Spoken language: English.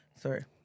Sorry